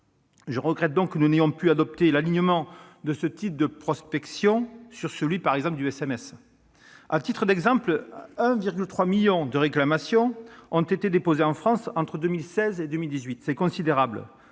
Je regrette donc que nous n'ayons pu adopter l'alignement de ce type de prospection sur celui du SMS. À titre d'exemple, 1,3 million de réclamations ont été déposées en France entre 2016 et 2018- c'est considérable